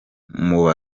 muba